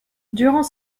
durant